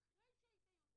חשיבות של סדרי עדיפויות